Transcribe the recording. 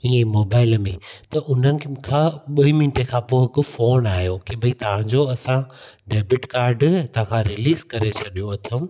इअं मोबाइल में त उन्हनि खां ॿीं मिंट खां पोइ बि फ़ोन आहियो कि भई तव्हांजो असां डेबिट काड हितां खां रिलीज़ करे छॾियो अथऊं